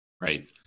Right